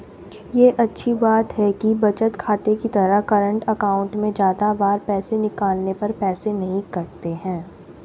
ये अच्छी बात है कि बचत खाते की तरह करंट अकाउंट में ज्यादा बार पैसे निकालने पर पैसे नही कटते है